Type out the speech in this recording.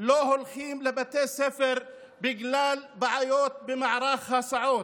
לא הולכים לבתי הספר בגלל בעיות במערך ההסעות?